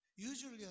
Usually